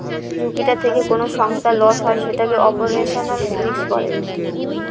যে ঝুঁকিটা থেকে কোনো সংস্থার লস হয় সেটাকে অপারেশনাল রিস্ক বলে